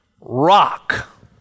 Rock